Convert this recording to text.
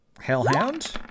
hellhound